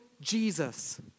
Jesus